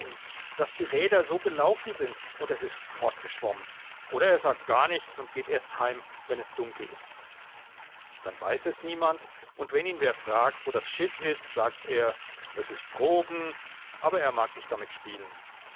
daß die räder so gelaufen sind und es ist fortgeschwommen oder er sagt gar nichts und geht erst heim wenn es dunkel ist dann weiß es niemand und wenn ihn wer fragt wo das schiff ist sagt er es ist droben aber er mag nicht damit spielen